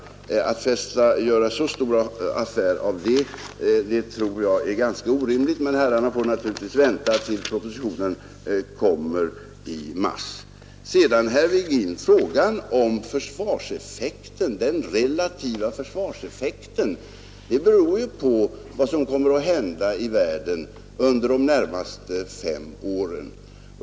Att göra så stor affär av detta är ganska orimligt, men herrarna får naturligtvis vänta tills propositionen kommer i mars. Den relativa försvarseffekten, herr Virgin, beror av vad som kommer att hända i världen under de närmaste fem åren.